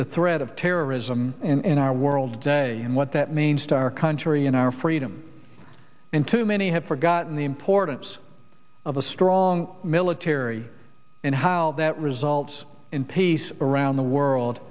the threat of terrorism in our world today and what that means to our country in our freedom in too many have forgotten the importance of a strong military and how that results in peace around the world